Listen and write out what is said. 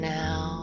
now